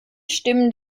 stimmen